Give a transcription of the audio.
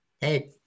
Hey